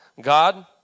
god